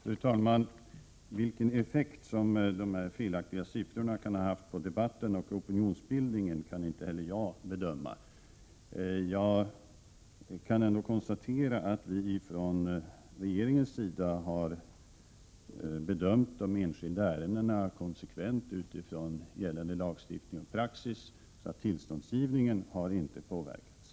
Fru talman! Vilken effekt de felaktiga siffrorna haft på debatten och opinionsbildningen kan inte heller jag bedöma. Jag kan ändå konstatera att vi från regeringens sida har bedömt de enskilda ärendena konsekvent med utgångspunkt i gällande lagstiftning och praxis, varför tillståndsgivningen inte har påverkats.